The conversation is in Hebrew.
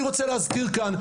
אני רוצה להזכיר כאן,